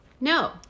No